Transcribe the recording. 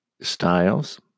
styles